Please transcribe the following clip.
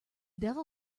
devil